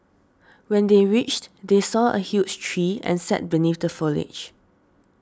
when they reached they saw a huge tree and sat beneath the foliage